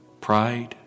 pride